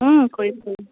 কৰিম কৰিম